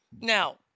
Now